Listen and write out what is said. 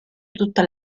tutta